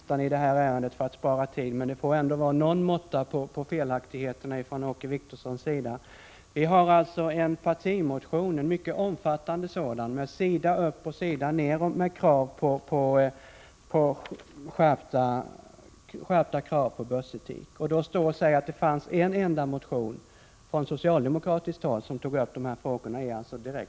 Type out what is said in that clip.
Herr talman! Jag hade strukit mig på talarlistan i detta ärende för att spara tid, men det får vara någon måtta på felaktigheterna från Åke Wictorsson. Folkpartiet har väckt en mycket omfattande partimotion, med sida upp och sida ner med skärpta krav på börsetik. Det är därför direkt felaktigt när man från socialdemokratiskt håll säger att det finns en enda motion där dessa frågor tas upp.